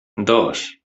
dos